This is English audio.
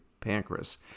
pancreas